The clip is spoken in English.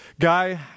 guy